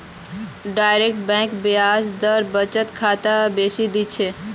direct bank ब्याज दर बचत खातात बेसी दी छेक